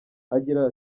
agira